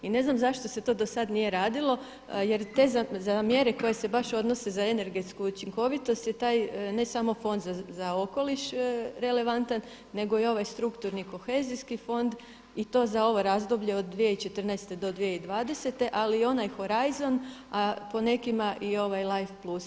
I ne znam zašto se to do sad nije radilo, jer te mjere koje se baš odnose za energetsku učinkovitost je taj ne samo Fond za okoliš relevantan, nego i ovaj strukturni kohezijski fond i to za ovo razdoblje od 2014. do 2020. ali i onaj Horizon, a po nekima i ovaj Life plus.